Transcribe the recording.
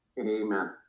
Amen